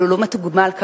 אבל הוא לא מתוגמל כראוי.